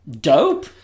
Dope